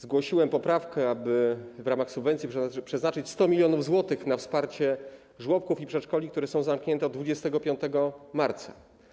Zgłosiłem poprawkę, aby w ramach subwencji przeznaczyć 100 mln zł na wsparcie żłobków i przedszkoli, które są zamknięte od 25 marca.